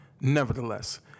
Nevertheless